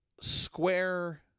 Square